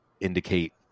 indicate